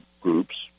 groups